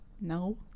No